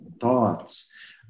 thoughts